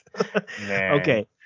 Okay